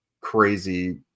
crazy